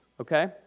okay